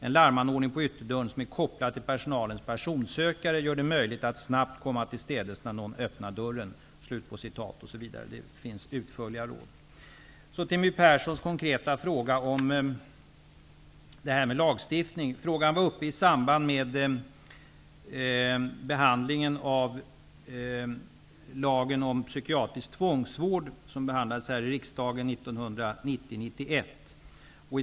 En larmanordning på ytterdörren som är kopplad till personalens personsökare gör det möjligt att snabbt komma till städes när någon öppnar dörren. Så till My Perssons konkreta fråga om särskild lagstiftning. Frågan var uppe i samband med behandlingen av en proposition om lagen om psykiatrisk tvångsvård, som behandlades av riksdagen 1990/91.